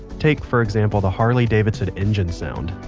take, for example, the harley davidson engine sound.